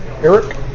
Eric